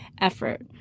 effort